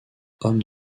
homme